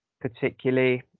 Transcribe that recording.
particularly